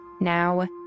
Now